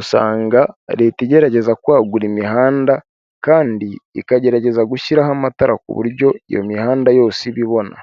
usanga Leta igerageza kwagura imihanda, kandi ikagerageza gushyiraho amatara ku buryo iyo mihanda yose iba ibona.